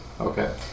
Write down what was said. Okay